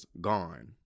gone